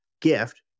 gift